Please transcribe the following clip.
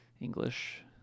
English